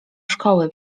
szkoły